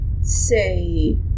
say